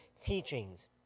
teachings